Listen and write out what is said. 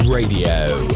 Radio